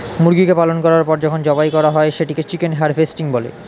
মুরগিকে পালন করার পর যখন জবাই করা হয় সেটাকে চিকেন হারভেস্টিং বলে